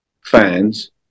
fans